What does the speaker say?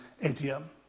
idiom